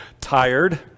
tired